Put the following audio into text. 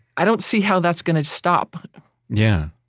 i don't see how that's going to stop yeah,